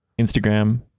Instagram